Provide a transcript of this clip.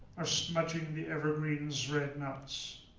are smudging the evergreen's red nut.